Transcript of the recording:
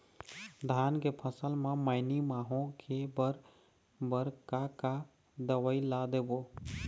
धान के फसल म मैनी माहो के बर बर का का दवई ला देबो?